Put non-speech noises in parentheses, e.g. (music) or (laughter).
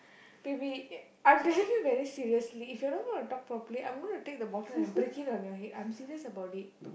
baby (noise) I'm telling you very seriously if you're not gonna talk properly I'm gonna take the bottle and break it on your head I'm serious about it